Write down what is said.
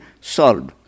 solved